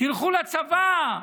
תלכו לצבא,